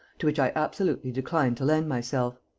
to which i absolutely decline to lend myself.